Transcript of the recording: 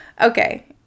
okay